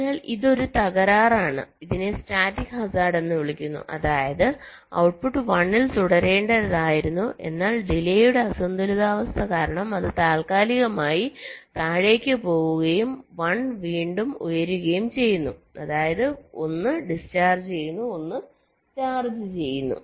അതിനാൽ ഇതൊരു തകരാറാണ് ഇതിനെ സ്റ്റാറ്റിക് ഹാസാർഡ് എന്നും വിളിക്കുന്നു അതായത് ഔട്ട്പുട്ട് 1 ൽ തുടരേണ്ടതായിരുന്നു എന്നാൽ ഡിലെയുടെ അസന്തുലിതാവസ്ഥ കാരണം അത് താൽകാലികമായി താഴേക്ക് പോകുകയും വീണ്ടും ഉയരുകയും ചെയ്യുന്നു അതായത് ഒന്ന് ഡിസ്ചാർജ് ചെയ്യുന്നു ഒന്ന് ചാർജ് ചെയ്യുന്നു